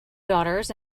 daughters